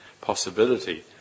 possibility